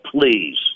Please